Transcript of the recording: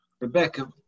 Rebecca